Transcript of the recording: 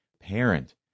parent